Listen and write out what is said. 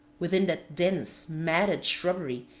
within that dense, matted shrubbery,